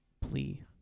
plea